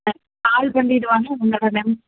கால் பண்ணிவிட்டு வாங்க உங்களோட நம்